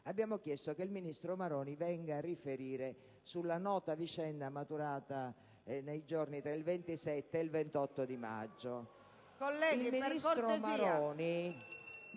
abbiamo chiesto che il ministro Maroni venga a riferire sulla nota vicenda maturata nei giorni tra il 27 e il 28 maggio.